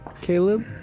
Caleb